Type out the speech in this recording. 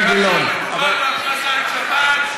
חבר הכנסת אילן גילאון,